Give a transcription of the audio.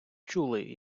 чули